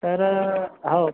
तर हो